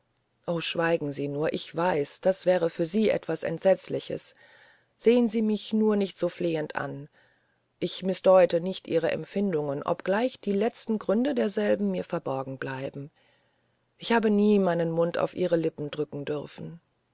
oh schweigen sie nur ich weiß das wäre für sie etwas entsetzliches sehen sie mich nur nicht so flehend an ich mißdeute nicht ihre empfindungen obgleich die letzten gründe derselben mir verborgen bleiben ich habe nie meinen mund auf ihre lippen drücken dürfen